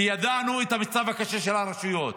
כי ידענו את המצב הקשה של הרשויות.